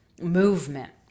movement